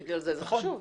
נכון.